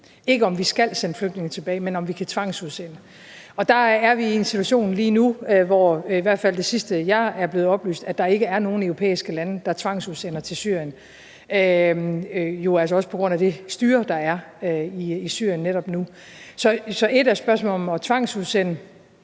ikke om vi skal sende flygtninge tilbage, men om vi kan tvangsudsende – og der er vi i en situation lige nu, hvor i hvert fald det sidste, jeg er blevet oplyst om, er, at der ikke er nogen europæiske lande, der tvangsudsender til Syrien, også på grund af det styre, der er i Syrien netop nu. Så ét er spørgsmålet om at tvangsudsende,